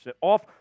off